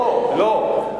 לא, לא.